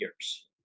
years